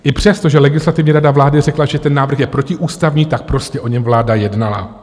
I přesto, že Legislativní rada vlády řekla, že ten návrh je protiústavní, tak prostě o něm vláda jednala.